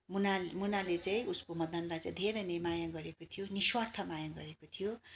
मुना मुनाले चाहिँ उसको मदनलाई चाहिँ धेरै नै माया गरेको थियो निस्वार्थ माया गरेको थियो